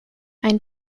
ein